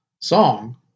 song